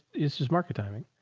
it's just market timing,